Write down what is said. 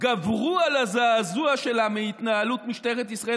גברו על הזעזוע שלה מהתנהלות משטרת ישראל